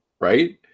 right